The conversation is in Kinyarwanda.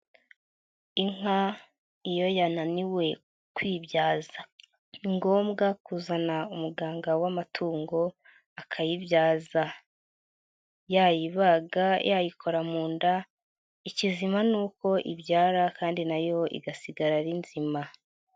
lnka iyo yananiwe kwibyaza ni ngombwa kuzana umuganga w'amatungo akayibyaza. Yayibaga, yayikora mu nda, ikizima nuko uko ibyara kandi na yo igasigara ari nzima.